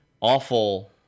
awful